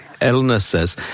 illnesses